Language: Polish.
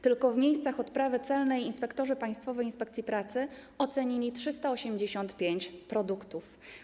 Tylko w miejscach odprawy celnej inspektorzy Państwowej Inspekcji Pracy ocenili 385 produktów.